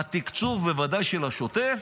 בתקצוב, בוודאי של השוטף,